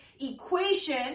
equation